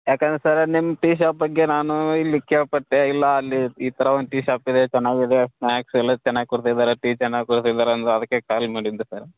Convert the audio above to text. ಯಾಕಂದ್ರೆ ಸರ್ರ ನಿಮ್ಮ tea shop ಬಗ್ಗೆ ನಾನು ಇಲ್ಲಿ ಕೇಳಿಪಟ್ಟೆ ಇಲ್ಲ ಅಲ್ಲಿ ಈ ಥರ ಒಂದು ಟೀ ಶಾಪ್ ಇದೆ ಚೆನ್ನಾಗಿದೆ ಸ್ನ್ಯಾಕ್ಸೆಲ್ಲ ಚೆನ್ನಾಗಿ ಕೊಡ್ತಿದ್ದಾರೆ ಟೀ ಚೆನ್ನಾಗಿ ಕೊಡ್ತಿದ್ದಾರೆ ಅಂದರು ಅದಕ್ಕೆ ಕಾಲ್ ಮಾಡಿದ್ದು ಸರ್ರ